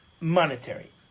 monetary